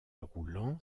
roulant